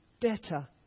better